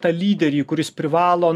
tą lyderį kuris privalo